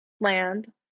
land